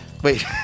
Wait